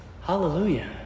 Hallelujah